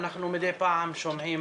אנחנו מדי פעם שומעים